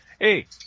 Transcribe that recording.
Hey